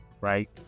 Right